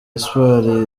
espoir